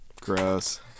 Gross